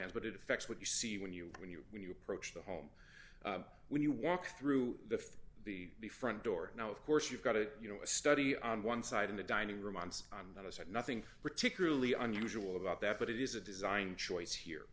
hands but it affects what you see when you when you when you approach the home when you walk through the from the the front door now of course you've got a you know a study on one side and a dining room on so on that has had nothing particularly unusual about that but it is a design choice here